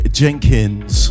jenkins